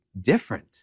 different